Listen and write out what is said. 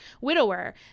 widower